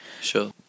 Sure